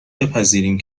بپذیریم